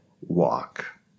walk